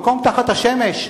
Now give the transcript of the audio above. מקום תחת השמש,